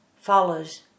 follows